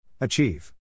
Achieve